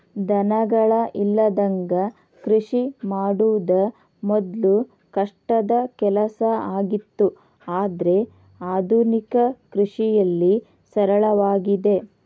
ದನಗಳ ಇಲ್ಲದಂಗ ಕೃಷಿ ಮಾಡುದ ಮೊದ್ಲು ಕಷ್ಟದ ಕೆಲಸ ಆಗಿತ್ತು ಆದ್ರೆ ಆದುನಿಕ ಕೃಷಿಯಲ್ಲಿ ಸರಳವಾಗಿದೆ